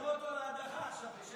יעלו אותו עכשיו להדחה בהישרדות.